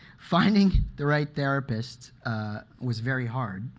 finding the right therapist was very hard,